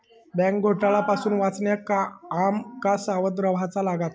bank घोटाळा पासून वाचण्याक आम का सावध रव्हाचा लागात